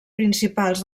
principals